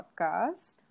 podcast